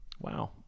Wow